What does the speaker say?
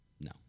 no